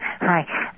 Hi